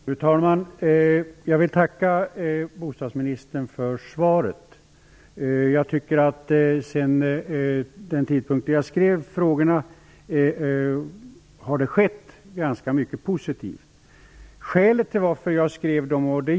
Fru talman! Jag tackar bostadsministern för svaret. Jag tycker att det har skett ganska mycket positivt sedan jag skrev frågorna.